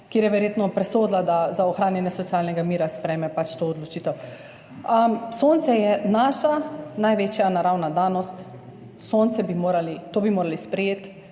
kjer je verjetno presodila, da za ohranjanje socialnega mira sprejme pač to odločitev. Sonce je naša največja naravna danost. Sonce bi morali sprejeti